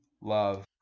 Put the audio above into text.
love